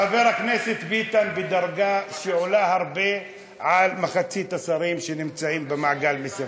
חבר הכנסת ביטן בדרגה שעולה הרבה על מחצית השרים שנמצאים במעגל מסביב.,